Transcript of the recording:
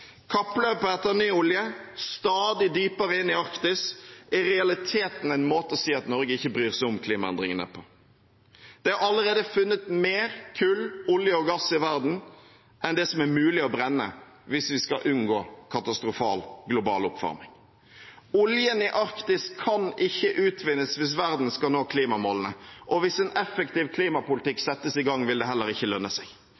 Kappløpet etter ny olje, stadig dypere inn i Arktis, er i realiteten en måte å si at Norge ikke bryr seg om klimaendringene. Det er allerede funnet mer kull, olje og gass i verden enn det som er mulig å brenne hvis vi skal unngå katastrofal global oppvarming. Oljen i Arktis kan ikke utvinnes hvis verden skal nå klimamålene, og hvis en effektiv klimapolitikk settes i gang, vil det heller ikke lønne seg.